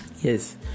Yes